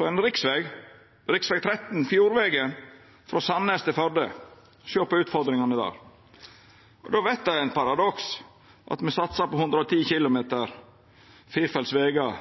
på ein riksveg, rv. 13, Fjordvegen, frå Sandnes til Førde og sjå på utfordringane der. Då veit me at det er eit paradoks at me satsar på 110 km firefelts vegar